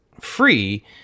free